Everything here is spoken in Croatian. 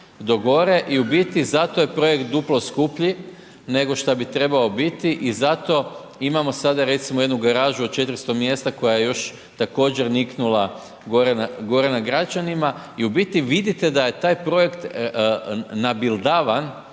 i u biti zato je projekt duplo skuplji nego šta bi trebao biti i zato imamo sada recimo jednu garažu od 400 mjesta koja je još također niknula gore na Gračanima i u biti vidite da je taj projekt nabildavan